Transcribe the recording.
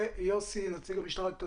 נציג המשטרה, יוסי,